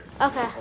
Okay